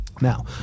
Now